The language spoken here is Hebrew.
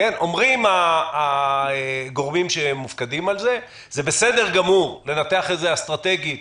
אומרים הגורמים שמופקדים על זה: בסדר גמור לנתח את זה אסטרטגית